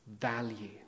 value